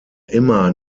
immer